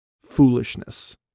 foolishness